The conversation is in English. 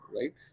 right